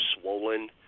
swollen